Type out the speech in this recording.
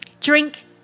drink